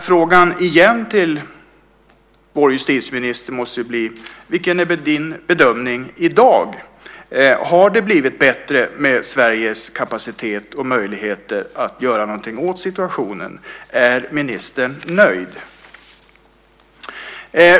Frågan till vår justitieminister måste bli: Vilken är din bedömning i dag? Har det blivit bättre med Sveriges kapacitet och möjligheter att göra någonting åt situationen? Är ministern nöjd?